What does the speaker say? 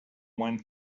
one